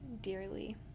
dearly